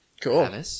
cool